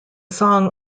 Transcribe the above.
song